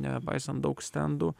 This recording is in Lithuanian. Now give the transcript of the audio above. nepaisant daug stendų